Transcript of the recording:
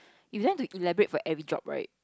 you don't have to elaborate for every job right